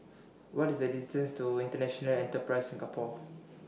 What IS The distance to International Enterprise Singapore